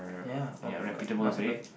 ya [oh]-my-god must been